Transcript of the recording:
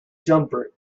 jumper